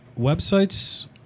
websites